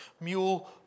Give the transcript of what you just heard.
mule